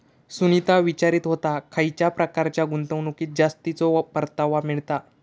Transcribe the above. सुनीता विचारीत होता, खयच्या प्रकारच्या गुंतवणुकीत जास्तीचो परतावा मिळता?